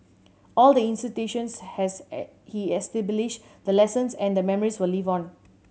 all the institutions has he established the lessons and the memories will live on